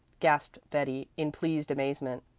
gasped betty in pleased amazement.